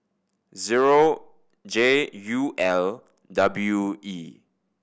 zero J U L W E